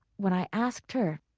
when i asked her,